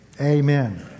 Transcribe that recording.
Amen